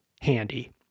handy